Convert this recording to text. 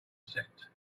set